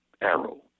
arrow